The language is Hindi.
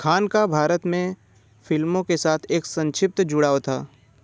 खान का भारत में फिल्मों के साथ एक संक्षिप्त जुड़ाव था